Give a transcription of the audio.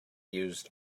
used